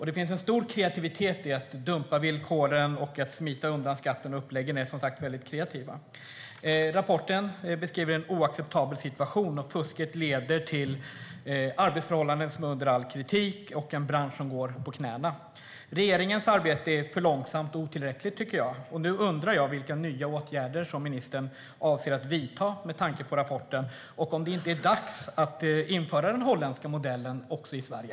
Det finns en stor kreativitet i uppläggen när det gäller att dumpa villkoren och smita undan skatten. Rapporten beskriver en oacceptabel situation. Fusket leder till arbetsförhållanden som är under all kritik och en bransch som går på knäna. Regeringens arbete är för långsamt och otillräckligt, tycker jag. Nu undrar jag vilka nya åtgärder ministern avser att vidta med tanke på rapporten och om det inte är dags att införa den holländska modellen också i Sverige.